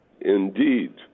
Indeed